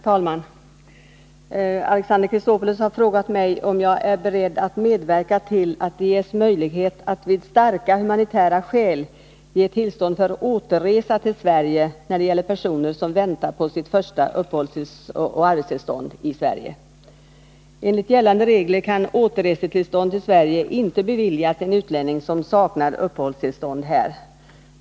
Herr talman! Alexander Chrisopoulos har frågat mig om jag är beredd att medverka till att det ges möjlighet att vid starka humanitära skäl ge tillstånd för återresa till Sverige när det gäller personer som väntar på sitt första uppehållsoch arbetstillstånd i Sverige. Enligt gällande regler kan återresetillstånd till Sverige inte beviljas en utlänning som saknar uppehållstillstånd här.